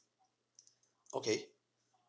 okay